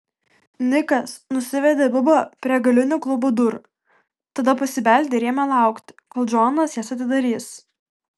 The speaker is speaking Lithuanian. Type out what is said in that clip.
nikas nusivedė bubą prie galinių klubo durų tada pasibeldė ir ėmė laukti kol džonas jas atidarys